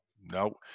No